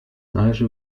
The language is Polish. należy